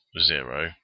zero